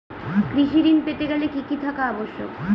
কৃষি ঋণ পেতে গেলে কি কি থাকা আবশ্যক?